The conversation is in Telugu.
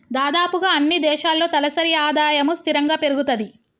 దాదాపుగా అన్నీ దేశాల్లో తలసరి ఆదాయము స్థిరంగా పెరుగుతది